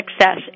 success